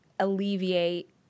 alleviate